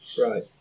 Right